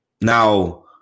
Now